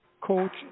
coach